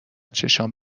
چشام